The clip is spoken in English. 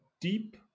deep